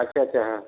अच्छा अच्छा हां